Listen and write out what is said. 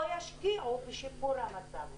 או ישקיעו בשיפור המצב.